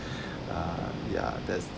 um ya that's